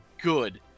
good